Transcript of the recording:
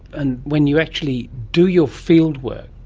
and when you actually do your field work,